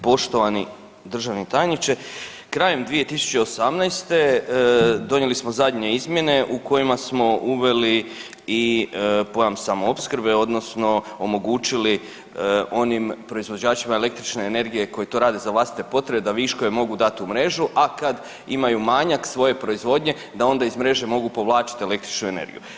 Poštovani državni tajniče, krajem 2018. donijeli smo zadnje izmjene u kojima smo uveli i pojam „samoopskrbe“ odnosno omogućili onim proizvođačima električne energije koji to rade za vlastite potrebe da viškove mogu dat u mrežu, a kad imaju manjak svoje proizvodnje da onda iz mreže mogu povlačit električnu energiju.